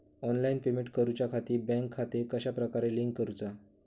Online payment करुच्याखाती bank खाते कश्या प्रकारे लिंक करुचा?